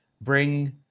bring